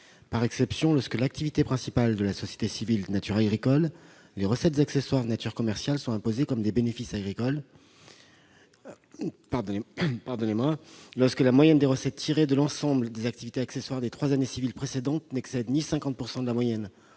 Par exception, lorsque l'activité principale de la société civile est de nature agricole, les recettes accessoires de nature commerciale sont imposées comme des bénéfices agricoles, lorsque la moyenne des recettes tirées de l'ensemble des activités accessoires des trois années civiles précédentes n'excède ni 50 % de la moyenne